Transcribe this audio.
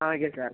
okay sir